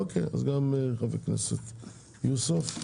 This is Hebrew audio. אוקיי, אז גם חבר הכנסת יוסף.